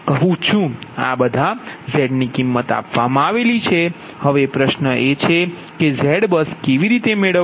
આ બધા ઝેડની કિમત આપવામાં આવી છે હવે પ્રશ્ન એ છે કે ZBUS કેવી રીતે મેળવવો